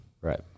Right